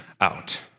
out